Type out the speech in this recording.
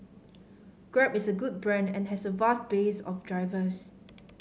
grab is a good brand and has a vast base of drivers